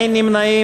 אין נמנעים.